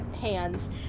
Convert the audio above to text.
hands